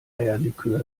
eierlikör